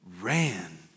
ran